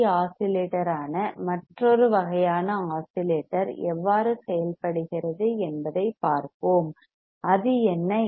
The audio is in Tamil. சி LC ஆஸிலேட்டரான மற்றொரு வகையான ஆஸிலேட்டர் எவ்வாறு செயல்படுகிறது என்பதைப் பார்ப்போம் அது என்ன